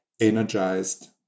energized